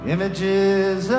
Images